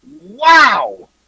Wow